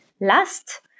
Last